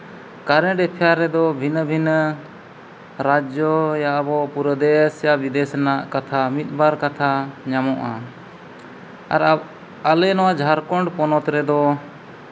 current affair ᱨᱮᱫᱚ ᱵᱷᱤᱱᱟᱹ ᱵᱷᱤᱱᱟᱹ ᱨᱟᱡᱽᱡᱚ ᱟᱵᱚ ᱯᱩᱨᱟᱹ ᱯᱨᱚᱫᱮᱹᱥ ᱮᱭᱟ ᱵᱤᱫᱮᱹᱥ ᱨᱮᱱᱟᱜ ᱠᱟᱛᱷᱟ ᱢᱤᱫᱵᱟᱨ ᱠᱟᱛᱷᱟ ᱧᱟᱢᱚᱜᱼᱟ ᱟᱨ ᱟᱞᱮ ᱱᱚᱣᱟ ᱡᱷᱟᱲᱠᱷᱚᱸᱰ ᱯᱚᱱᱚᱛ ᱨᱮᱫᱚ